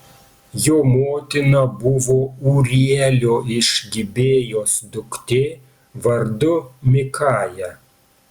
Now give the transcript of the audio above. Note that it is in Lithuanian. jo motina buvo ūrielio iš gibėjos duktė vardu mikaja